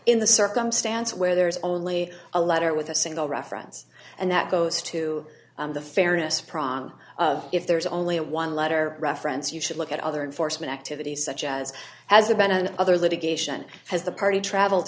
in the circumstance where there is only a letter with a single reference and that goes to the fairness prom if there is only one letter reference you should look at other enforcement activities such as as a band and other litigation has the party travelled